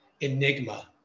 enigma